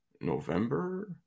November